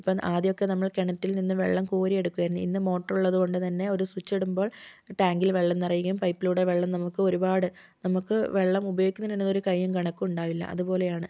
ഇപ്പം ആദ്യമൊക്കെ നമ്മൾ കിണറ്റിൽ നിന്ന് വെള്ളം കോരിയെടുക്കുകയായിരുന്നു ഇന്ന് മോട്ടർ ഉള്ളതുകൊണ്ട് തന്നെ ഒരു സ്വിച്ച് ഇടുമ്പോൾ ടാങ്കിൽ വെള്ളം നിറയുകയും പൈപ്പിലൂടെ വെള്ളം നമുക്ക് ഒരുപാട് നമുക്ക് വെള്ളം ഉപയോഗിക്കുന്നതിനുതന്നേ ഒരു കൈയും കണക്കും ഉണ്ടാവില്ല അതുപോലെയാണ്